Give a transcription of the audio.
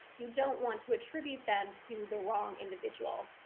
you don't want to attribute them to the wrong individual,